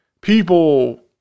People